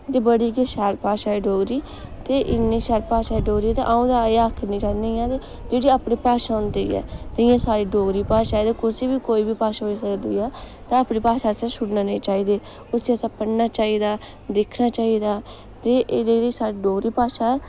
ते बड़ी गै शैल भाशा ऐ डोगरी ते इन्नी शैल भाशा ऐ डोगरी ते आं'ऊ तां एह् आक्खना चाह्नी आं के अपनी भाशा होंदी ऐ ते इ'यां साढ़ी डोगरी भाशा ऐ कुसे बी कोई बी भाशा होई सकदी ऐ अपनी भाशा असें छुड़ना नेईं चाही दी उस्सी असें पढ़ना चाहिदा ऐ दिक्खना चाही दा ते एह् जेह्ड़ी साढ़ी डोगरी भाशा ऐ